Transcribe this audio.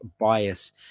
bias